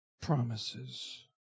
promises